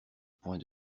poings